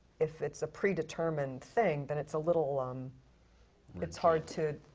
if it's a predetermined thing, then it's a little um it's hard to.